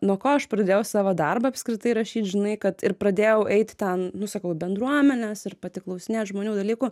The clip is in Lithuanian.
nuo ko aš pradėjau savo darbą apskritai rašyt žinai kad ir pradėjau eiti ten nu sakau į bendruomenes ir pati klausinėt žmonių dalykų